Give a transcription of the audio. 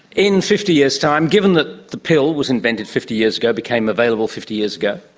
in fifty years time, given that the pill was invented fifty years ago, became available fifty years ago,